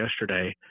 yesterday